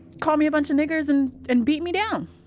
call me a bunch of niggers and and beat me down.